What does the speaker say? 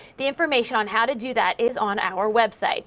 the information on how to do that is on our website.